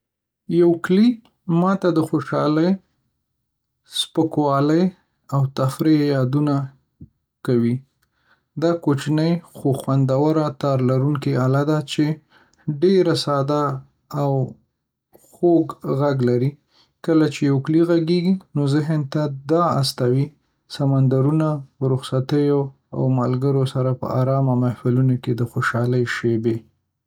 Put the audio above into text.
یوکلې ما ته د خوشحالۍ، سپکوالی، او تفریح یادونه کوي. دا کوچنۍ، خو خوندوره تار لرونکې آله ده چې ډېر ساده او خوږ غږ لري. کله چې یوکلې غږیږي، نو ذهن ته د استوایي سمندرونو، رخصتیو، او ملګرو سره په آرامه محفلونو کې د خوشحالۍ شیبې